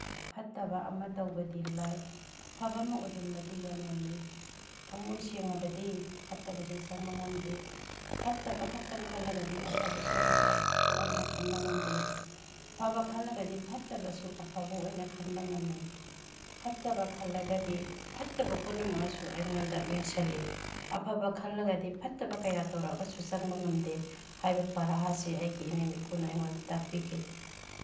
ꯐꯠꯇꯕ ꯑꯃ ꯇꯧꯕꯗꯤ ꯂꯥꯏ ꯑꯐꯕ ꯑꯃ ꯑꯣꯏꯍꯟꯕꯗꯤ ꯌꯥꯝꯅ ꯂꯨꯏ ꯊꯃꯣꯏ ꯁꯦꯡꯉꯕꯗꯤ ꯐꯠꯇꯕꯁꯨ ꯆꯪꯕ ꯉꯝꯗꯦ ꯐꯠꯇꯕ ꯈꯛꯇꯪ ꯈꯜꯂꯒꯗꯤ ꯑꯐꯕꯁꯨ ꯑꯐꯕ ꯑꯣꯏꯅ ꯈꯟꯕ ꯉꯝꯗꯦ ꯑꯐꯕ ꯈꯜꯂꯒꯗꯤ ꯐꯠꯇꯕꯁꯨ ꯑꯐꯕ ꯑꯣꯏꯅ ꯈꯟꯕ ꯉꯝꯃꯤ ꯐꯠꯇꯕ ꯈꯜꯂꯒꯗꯤ ꯐꯠꯇꯕ ꯄꯨꯝꯅꯃꯛꯅꯁꯨ ꯑꯩꯉꯣꯟꯗ ꯌꯦꯡꯁꯜꯂꯤ ꯑꯐꯕ ꯈꯜꯂꯒꯗꯤ ꯐꯠꯇꯕ ꯀꯌꯥ ꯇꯧꯔꯛꯑꯒꯁꯨ ꯆꯪꯕ ꯉꯝꯗꯦ ꯍꯥꯏꯕ ꯄꯔꯥ ꯑꯁꯦ ꯑꯩꯒꯤ ꯏꯅꯦꯝ ꯏꯀꯨꯅ ꯑꯩꯉꯣꯟꯗ ꯇꯥꯛꯄꯤꯈꯤ